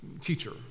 Teacher